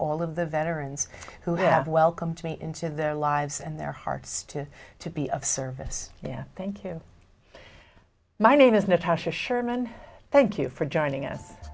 all of the veterans who have welcomed me into their lives and their hearts to to be of service yeah thank you my name is natasha sherman thank you for joining us